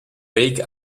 wake